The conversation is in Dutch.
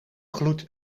gloed